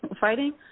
Fighting